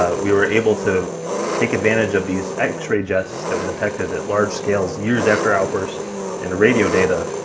ah we were able to take advantage of these x-ray jets that were detected at large scales years after outburst and radio data,